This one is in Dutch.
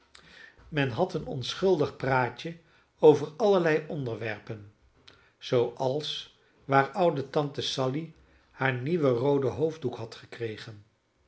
men had een onschuldig praatje over allerlei onderwerpen zooals waar oude tante sally haar nieuwen rooden hoofddoek had gekregen